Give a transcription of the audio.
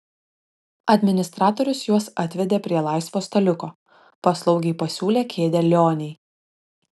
administratorius juos atvedė prie laisvo staliuko paslaugiai pasiūlė kėdę lionei